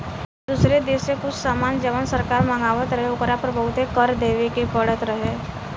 दुसर देश से कुछ सामान जवन सरकार मँगवात रहे ओकरा पर बहुते कर देबे के परत रहे